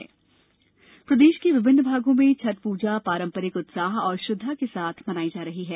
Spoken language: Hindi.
छठ पर्व प्रदेश के विभिन्न भागों में छठ पूजा पारंपरिक उत्साह और श्रद्धा के साथ मनायी जा रही है